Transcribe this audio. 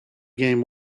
game